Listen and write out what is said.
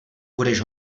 budeš